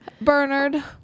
Bernard